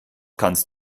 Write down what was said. kannst